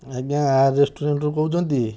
ଆଜ୍ଞା ଆ ରେଷ୍ଟୁରାଣ୍ଟରୁ କହୁଛନ୍ତି